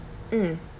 mm